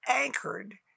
anchored